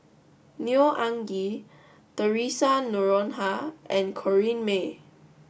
Neo Anngee Theresa Noronha and Corrinne May